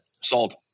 Sold